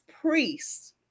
priests